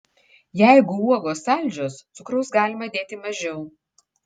jeigu uogos saldžios cukraus galima dėti mažiau